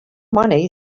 money